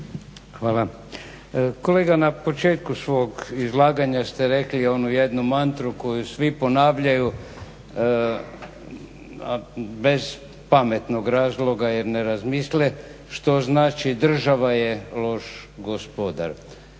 Hvala. Kolega na početku svog izlaganja ste rekli onu jednu mantru koju svi ponavljaju bez pametnog razloga jer ne razmisle što znači država je loš gospodar.